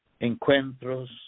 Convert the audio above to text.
Encuentros